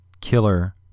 Killer